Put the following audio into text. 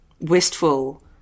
wistful